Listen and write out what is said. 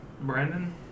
Brandon